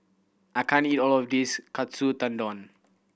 I can't eat all of this Katsu Tendon